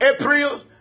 April